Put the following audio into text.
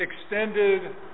extended